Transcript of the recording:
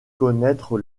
connaître